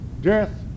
Death